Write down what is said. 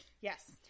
Yes